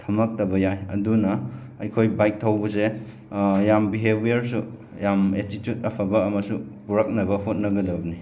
ꯊꯝꯃꯛꯇꯕ ꯌꯥꯏ ꯑꯗꯨꯅ ꯑꯩꯈꯣꯏ ꯕꯥꯏꯛ ꯊꯧꯕꯁꯦ ꯌꯥꯝ ꯕꯤꯍꯦꯕꯤꯌꯔꯁꯨ ꯌꯥꯝ ꯑꯦꯇꯤꯆꯨꯠ ꯑꯐꯕ ꯑꯃꯁꯨ ꯄꯨꯔꯛꯅꯕ ꯍꯣꯠꯅꯒꯗꯕꯅꯤ